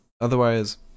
Otherwise